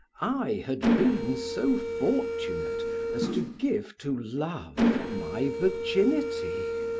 i had been so fortunate as to give to love my virginity.